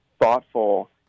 thoughtful